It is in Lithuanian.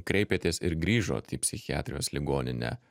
kreipėtės ir grįžot į psichiatrijos ligoninę